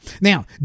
Now